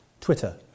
Twitter